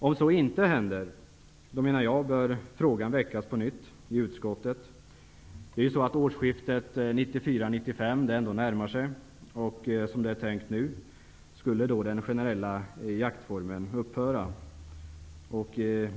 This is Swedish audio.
Om så inte sker bör frågan väckas på nytt i utskottet. Årsskiftet 1994/95 närmar sig. Som det är tänkt nu, skall den generella jaktformen upphöra då.